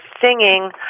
singing